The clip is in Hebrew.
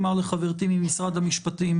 הייתי מצפה לשמוע ממשרד המשפטים